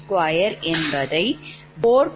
00008X 185